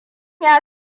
ya